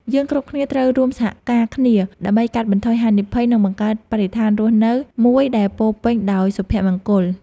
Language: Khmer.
យើងគ្រប់គ្នាត្រូវរួមសហការគ្នាដើម្បីកាត់បន្ថយហានិភ័យ និងបង្កើតបរិស្ថានរស់នៅមួយដែលពោរពេញដោយសុភមង្គល។